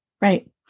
right